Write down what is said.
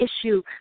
issue